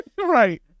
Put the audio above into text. Right